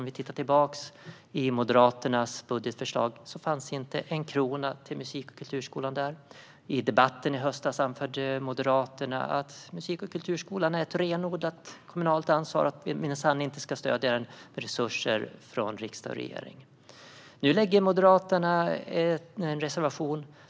I Moderaternas tidigare budgetförslag fanns inte en krona till musik och kulturskolan. I debatten i höstas anförde Moderaterna att musik och kulturskolan är ett renodlat kommunalt ansvar och att vi minsann inte ska stödja den med resurser från riksdag och regering. Nu lägger Moderaterna en reservation.